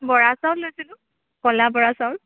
বৰা চাউল লৈছিলোঁ ক'লা বৰা চাউল